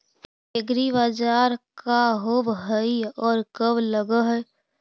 एग्रीबाजार का होब हइ और कब लग है?